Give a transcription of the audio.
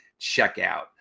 checkout